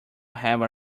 have